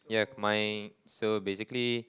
yeah my so basically